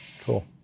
cool